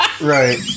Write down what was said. Right